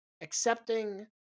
accepting